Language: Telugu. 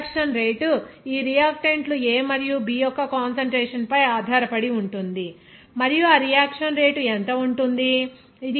కాబట్టి రియాక్షన్ రేటు ఈ రియాక్టన్ట్ లు A మరియు B యొక్క కాన్సంట్రేషన్ పై ఆధారపడి ఉంటుంది మరియు ఆ రియాక్షన్ రేటు ఎంత ఉంటుంది